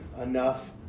enough